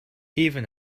even